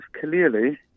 clearly